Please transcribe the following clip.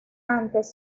antes